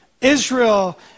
Israel